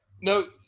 No